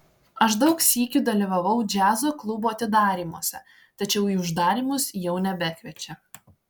aš daug sykių dalyvavau džiazo klubų atidarymuose tačiau į uždarymus jau nebekviečia